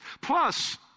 Plus